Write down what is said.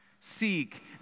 Seek